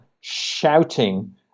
shouting